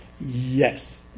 Yes